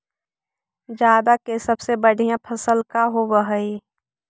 जादा के सबसे बढ़िया फसल का होवे हई?